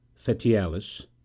Fetialis